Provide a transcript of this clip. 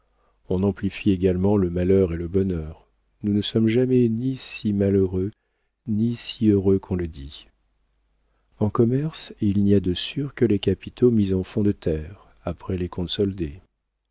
on amplifie également le malheur et le bonheur nous ne sommes jamais ni si malheureux ni si heureux qu'on le dit en commerce il n'y a de sûrs que les capitaux mis en fonds de terre après les comptes